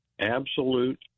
absolute